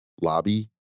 lobby